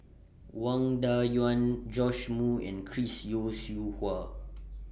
Wang Dayuan Joash Moo and Chris Yeo Siew Hua